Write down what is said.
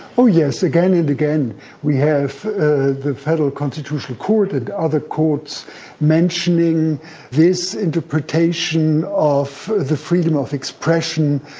oh yes. again and again we have the federal constitutional court and other courts mentioning this interpretation of the freedom of expression